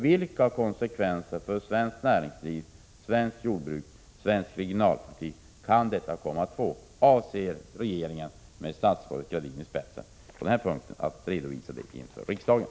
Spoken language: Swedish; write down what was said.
Vilka konsekvenser för svenskt näringsliv, svenskt jordbruk och svensk regionalpolitik kan dessa få? Avser regeringen, med statsrådet Gradin i spetsen, att på denna punkt redovisa sin bedömning inför riksdagen?